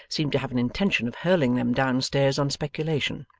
seemed to have an intention of hurling them down stairs on speculation.